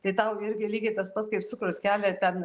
tai tau irgi lygiai tas pats kaip cukrus kelia ten